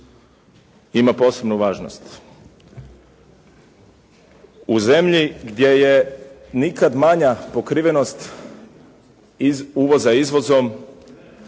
ima posebnu važnost. U zemlji gdje je nikad manja pokrivenost iz uvoza izvozom,